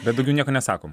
bet daugiau nieko nesakom